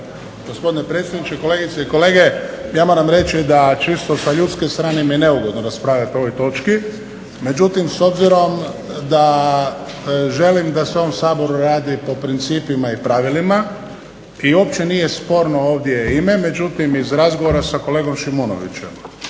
Gospodine predsjedniče, kolegice i kolege ja moram reći da čisto sa ljudske strane mi je neugodno raspravljati o ovoj točki, međutim s obzirom da želim da se u ovom Saboru radi po principima i pravilima i uopće nije sporno ovdje ime, međutim iz razgovora sa kolegom Šimunovićem